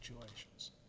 situations